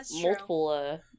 multiple